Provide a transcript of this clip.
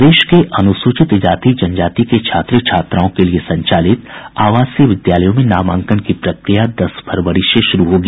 प्रदेश के अनुसूचित जाति जनजाति के छात्र छात्राओं के लिए संचालित आवासीय विद्यालयों में नामांकन की प्रक्रिया दस फरवरी से शुरू होगी